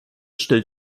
stellt